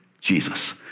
Jesus